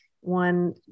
one